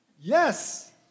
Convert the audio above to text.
Yes